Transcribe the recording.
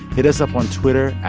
hit us up on twitter,